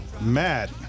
Matt